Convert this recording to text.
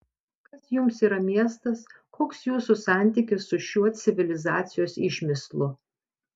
kas jums yra miestas koks jūsų santykis su šiuo civilizacijos išmislu